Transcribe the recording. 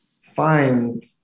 find